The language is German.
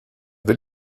will